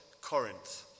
Corinth